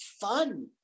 fun